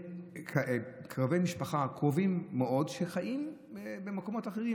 קרובי משפחה קרובים מאוד שחיים במקומות אחרים.